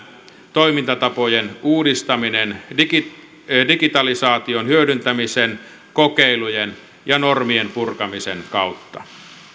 toimintatapojen uudistaminen digitalisaation digitalisaation hyödyntämisen kokeilujen ja normien purkamisen kautta